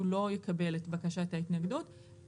הוא לא יקבל את בקשת ההתנגדות,